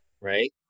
right